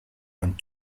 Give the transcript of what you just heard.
and